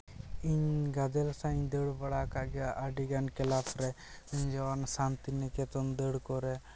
ᱤᱧ ᱜᱟᱫᱮᱞ ᱥᱟᱶ ᱤᱧ ᱫᱟᱹᱲ ᱵᱟᱲᱟ ᱠᱟᱜ ᱜᱮᱭᱟ ᱟᱹᱰᱤᱜᱟᱱ ᱠᱞᱟᱵᱽ ᱨᱮ ᱡᱮᱢᱚᱱ ᱥᱟᱱᱛᱤᱱᱤᱠᱮᱛᱚᱱ ᱫᱟᱹᱲ ᱠᱚᱨᱮ